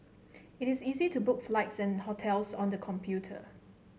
it is easy to book flights and hotels on the computer